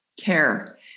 care